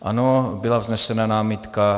Ano, byla vznesena námitka.